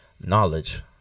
Knowledge